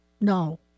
no